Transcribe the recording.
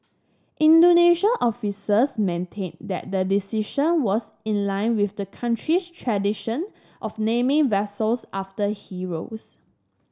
Indonesian officials maintained that the decision was in line with the country's tradition of naming vessels after heroes